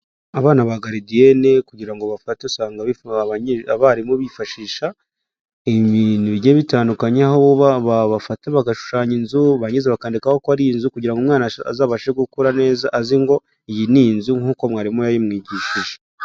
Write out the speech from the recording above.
Abana ba garidiyene kugira bafate usanga abarimu bifashisha bigiye bitandukanye, aho bafata bagashushanya inzu barangiza bakandikaho ko ari inzu kugira ngo umwana azabashe gukura neza azi ngo iyi ni inzu nk'uko mwarimu yayimwigishije.